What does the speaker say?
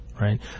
right